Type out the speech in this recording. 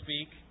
speak